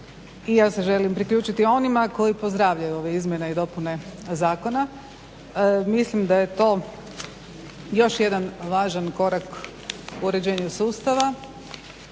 I ja se želim priključiti onima koji pozdravljaju ove izmjene i dopune zakona. Mislim da je to još jedan važan korak uređenju sustava.